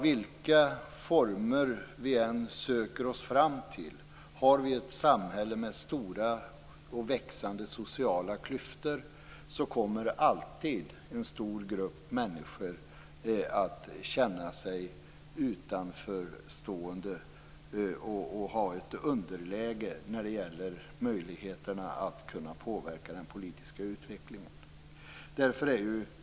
Vilka former vi än söker oss fram till har vi ett samhälle med stora och växande sociala klyftor. En stor grupp människor kommer alltid att känna sig utanförstående och ha ett underläge när det gäller möjligheterna att påverka den politiska utvecklingen.